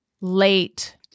late